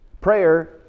Prayer